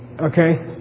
okay